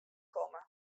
komme